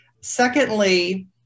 Secondly